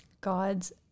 God's